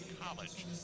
College